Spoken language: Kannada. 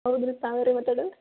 ಹೌದು ರೀ ತಾವು ಯಾರು ರೀ ಮಾತಾಡುದು